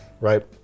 Right